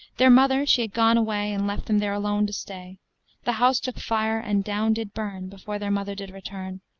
their mother she had gone away, and left them there alone to stay the house took fire and down did burn before their mother did return.